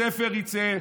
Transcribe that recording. הספר יצא: